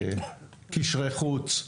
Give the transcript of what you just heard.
קשרי חוץ,